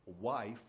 wife